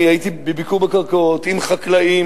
אני הייתי בביקור בקרקעות עם חקלאים,